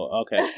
okay